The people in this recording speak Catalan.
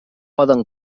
poden